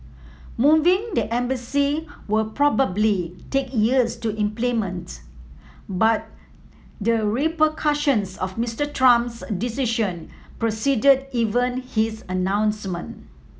moving the embassy will probably take years to implement but the repercussions of Mister Trump's decision preceded even his announcement